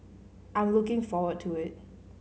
I'm looking forward to it